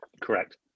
correct